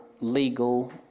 legal